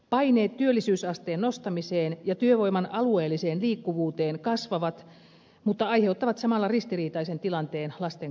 paineet työllisyysasteen nostamiseen ja työvoiman alueelliseen liikkuvuuteen kasvavat mutta aiheuttavat samalla ristiriitaisen tilanteen lasten kannalta